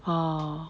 ah